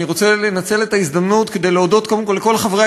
אני רוצה לנצל את ההזדמנות כדי להודות קודם כול לכל חברי